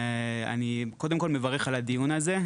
אני קודם כל מברך על הדיון הזה,